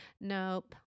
Nope